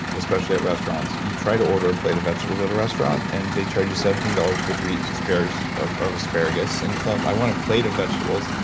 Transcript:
especially at restaurants. you try to order a plate of vegetables at a restaurant. and they charge you seventeen dollars for three spears of of asparagus. and you tell them, i want a plate of vegetables.